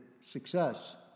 success